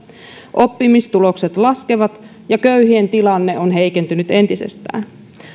oppimistulokset laskevat ja köyhien tilanne on heikentynyt entisestään